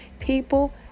people